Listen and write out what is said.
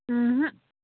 ꯎꯝ ꯍꯨꯝ